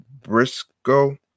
Briscoe